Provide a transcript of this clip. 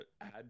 add